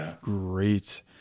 great